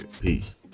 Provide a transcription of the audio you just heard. peace